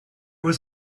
was